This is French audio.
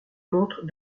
montre